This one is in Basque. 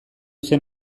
zen